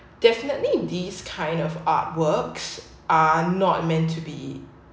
definitely in these kind of artworks are not meant to be